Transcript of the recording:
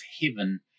heaven